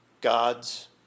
God's